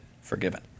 forgiven